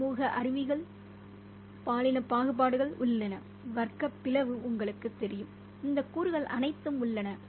சமூக முறிவுகள் பாலின பாகுபாடுகள் உள்ளன வர்க்கப் பிளவு உங்களுக்குத் தெரியும் இந்த கூறுகள் அனைத்தும் உள்ளன